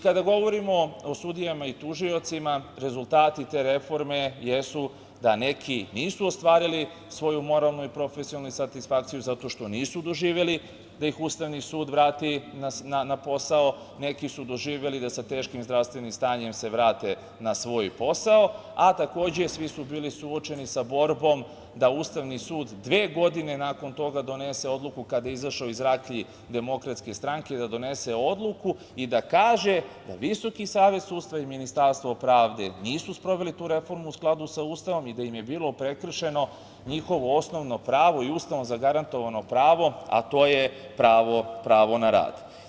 Kada govorimo o sudijama i tužiocima, rezultati te reforme jesu da neki nisu ostvarili svoju moralnu i profesionalnu satisfakciju zato što nisu doživeli da ih Ustavni sud vrati na posao, neki su doživeli da sa teškim zdravstvenim stanjem se vrate na svoj posao, a takođe su svi bili suočeni sa borbom da Ustavni sud dve godine nakon toga donese odluku, kada je izašao iz raklji DS, i da kaže da VSS i Ministarstvo pravde nisu sproveli tu reformu u skladu sa Ustavom i da im je bilo prekršeno njihovo osnovno pravo, Ustavom zagarantovano pravo, a to je pravo na rad.